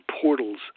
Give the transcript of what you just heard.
portals